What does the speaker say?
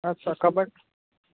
अच्छा कबट